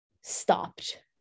stopped